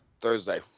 Thursday